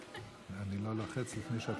אני לא לוחץ לפני שאת